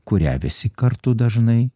kurią visi kartu dažnai